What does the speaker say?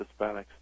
Hispanics